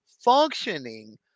functioning